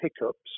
hiccups